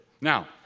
Now